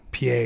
Pa